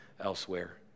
elsewhere